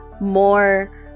more